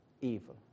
evil